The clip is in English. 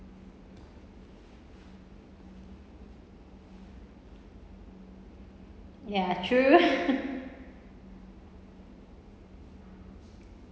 ya true